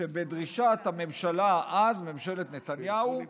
בדרישת הממשלה אז, ממשלת נתניהו,